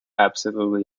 absolutely